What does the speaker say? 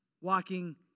walking